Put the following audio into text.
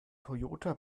toyota